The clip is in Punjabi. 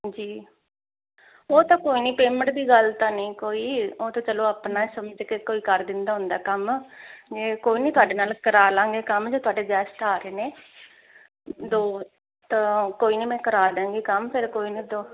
ਜੀ ਉਹ ਤਾਂ ਕੋਈ ਨਹੀਂ ਪੇਮੈਂਟ ਦੀ ਗੱਲ ਤਾਂ ਨਹੀਂ ਕੋਈ ਉਹ ਤਾਂ ਚਲੋ ਆਪਣਾ ਸਮਝ ਕੇ ਕੋਈ ਕਰ ਦਿੰਦਾ ਹੁੰਦਾ ਕੰਮ ਕੋਈ ਨਹੀਂ ਤੁਹਾਡੇ ਨਾਲ ਕਰਾ ਲਾਂਗੇ ਕੰਮ ਜੇ ਤੁਹਾਡੇ ਗੈਸਟ ਆ ਰਹੇ ਨੇ ਦੋ ਕੋਈ ਨਹੀਂ ਮੈਂ ਕਰਾ ਦਾਂਗੀ ਕੰਮ ਫਿਰ ਕੋਈ ਨਾ ਦੋ